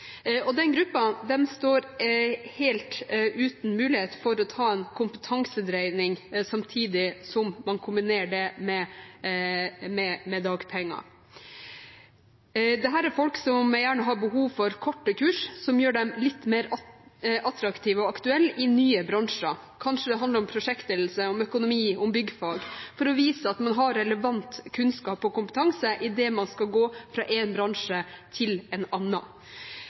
Den gruppen står helt uten mulighet til å ta en kompetansedreining samtidig som man kombinerer det med dagpenger. Dette er folk som gjerne har behov for korte kurs som gjør dem litt mer attraktive og aktuelle i nye bransjer – kanskje handler det om prosjektledelse, om økonomi, om byggfag – for å vise at man har relevant kunnskap og kompetanse idet man skal gå fra én bransje til en